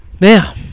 Now